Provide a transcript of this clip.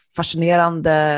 fascinerande